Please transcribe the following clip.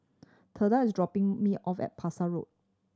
Theda is dropping me off at Parsi Road